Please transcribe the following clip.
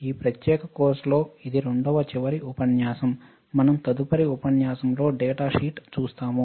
ఈ ప్రత్యేక కోర్సు లో ఇది రెండవ చివరి ఉపన్యాసం మనం తదుపరి ఉపన్యాసం లో డేటా షీట్ చూస్తాము